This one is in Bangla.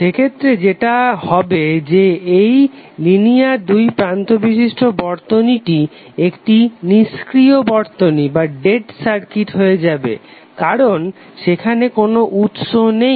সেক্ষেত্রে যেটা হবে যে এই লিনিয়ার দুই প্রান্ত বিশিষ্ট বর্তনীটি একটি নিস্ক্রিয় বর্তনী হয়ে যাবে কারণ সেখানে কোনো উৎস নেই